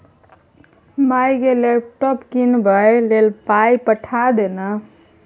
माय गे लैपटॉप कीनबाक लेल पाय पठा दे न